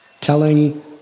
telling